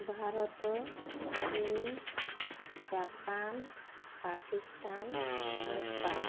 ଭାରତ ଚୀନ ଜାପାନ ପାକିସ୍ତାନ ନେପାଳ